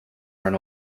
run